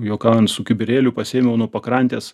juokaujant su kibirėliu pasėmiau nuo pakrantės